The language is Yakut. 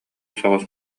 соҕус